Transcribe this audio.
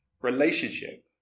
relationship